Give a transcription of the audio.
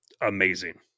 amazing